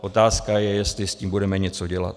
Otázka je, jestli s tím budeme něco dělat.